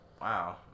wow